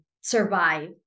survive